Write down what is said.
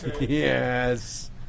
Yes